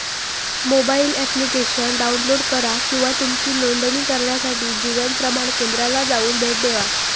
mobile application download करा किंवा तुमची नोंदणी करण्यासाठी जीवन प्रमाण केंद्राला जाऊन भेट देवा